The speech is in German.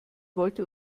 wollte